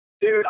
Dude